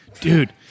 dude